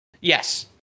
Yes